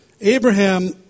Abraham